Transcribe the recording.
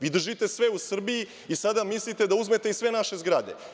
Vi držite sve u Srbiji i sada mislite da uzmete i sve naše zgrade.